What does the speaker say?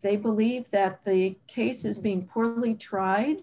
they believe that the case is being poorly tried